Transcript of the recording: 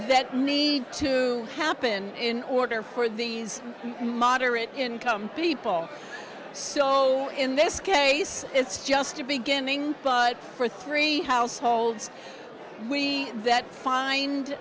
that need to happen in order for these moderate income people so in this case it's just a beginning but for three households we that find